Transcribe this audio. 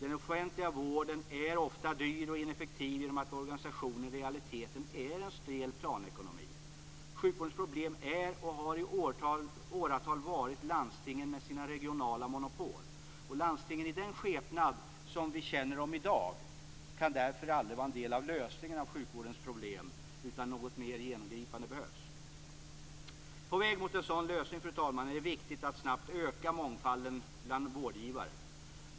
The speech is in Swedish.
Den offentliga vården är ofta dyr och ineffektiv genom att organisationen i realiteten är en stel planekonomi. Sjukvårdens problem är och har i åratal varit landstingen med sina regionala monopol. Landstingen, i den skepnad som vi känner dem i dag, kan därför aldrig vara en del av lösningen på sjukvårdens problem, utan något mer genomgripande behövs. På väg mot en sådan lösning, fru talman, är det viktigt att snabbt öka mångfalden bland vårdgivare.